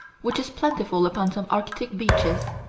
which is plentiful upon some arctic beaches,